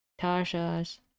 tasha's